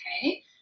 okay